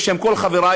בשם כל חברי,